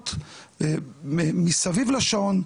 רבות מסביב לשעון,